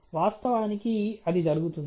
వాస్తవానికి అది జరుగుతుంది